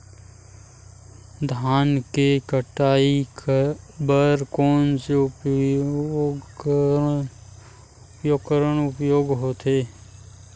धान के कटाई बर कोन से उपकरण के उपयोग होथे?